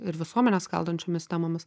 ir visuomenę skaldančiomis temomis